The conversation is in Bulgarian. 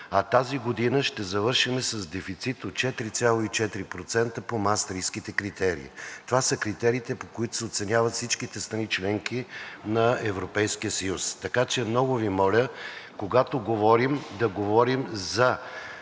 а тази година ще завършим с дефицит от 4,4% по Маастрихтските критерии. Това са критериите, по които се оценяват всичките страни – членки на Европейския съюз. Така че много Ви моля, когато говорим, да говорим за